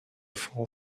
fall